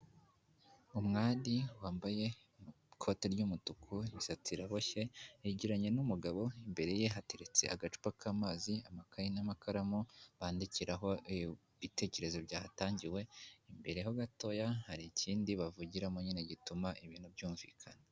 Umwari wambaye ikote ry'umutuku imisatsi iraboshye, yegeranye n'umugabo imbere ye hateretse agacupa k'amazi, amakaye n'amakaramu bandikiraho ibitekerezo byahatangiwe, imbere ho gatoya hari ikindi bavugiramo nyine gituma ibintu byumvikana.